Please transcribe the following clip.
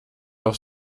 auf